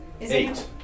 Eight